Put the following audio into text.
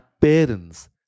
parents